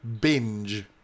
Binge